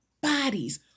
bodies